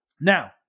Now